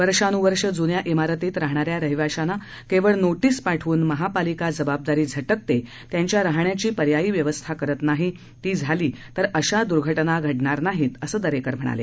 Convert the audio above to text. वर्षानुवर्ष जुन्या इमारतीत राहणा या रहिवाशांना केवळ नोटीस पाठवून महापालिका जबाबदारी झटकते त्यांच्या राहण्याची पर्यायी व्यवस्था करत नाही ती झाली तर अशा दूर्घटना घडणार नाहीत असं दरेकर म्हणाले